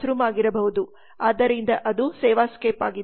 ಆದ್ದರಿಂದ ಅದು ಸೇವಾಸ್ಕೇಪ್ ಆಗಿದೆ